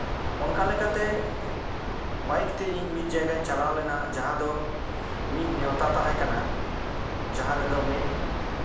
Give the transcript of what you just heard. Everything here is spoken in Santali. ᱚᱱᱠᱟ ᱞᱮᱠᱟᱛᱮ ᱵᱟᱭᱤᱠ ᱛᱮ ᱤᱧ ᱢᱤᱫ ᱡᱟᱭᱜᱟᱧ ᱪᱟᱞᱟᱣ ᱞᱮᱱᱟ ᱡᱟᱦᱟᱸ ᱫᱚ ᱢᱤᱫ ᱱᱮᱶᱛᱟ ᱛᱟᱦᱮᱸ ᱠᱟᱱᱟ ᱡᱟᱦᱟᱸ ᱨᱮᱫᱚ ᱢᱤᱫ